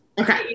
Okay